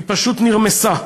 היא פשוט נרמסה,